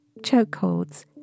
chokeholds